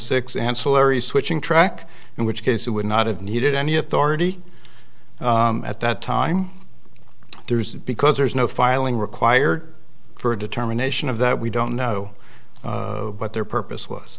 six ancillary switching track in which case it would not have needed any authority at that time there is because there's no filing required for a determination of that we don't know what their purpose was